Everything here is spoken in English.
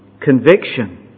conviction